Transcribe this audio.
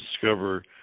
discover